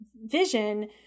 vision